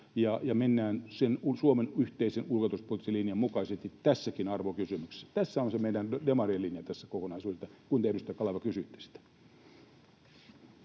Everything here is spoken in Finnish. mennään sen Suomen yhteisen ulko- ja turvallisuuspoliittisen linjan mukaisesti tässäkin arvokysymyksessä. Tässä on se meidän demarien linja tässä kokonaisuudessa, kun te, edustaja Kaleva, kysyitte sitä.